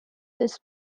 this